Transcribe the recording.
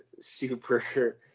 super